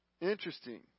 Interesting